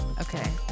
Okay